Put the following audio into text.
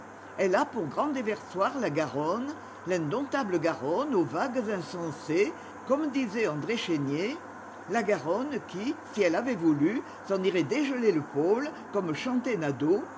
lile a pour grand déversoir la garonne l'indomptable garonne aux vagues insensées comine disait andré chénier la garonne qui si elle avait voulu s'en irait dégeler le pôle comme chantait nadaud